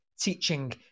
teaching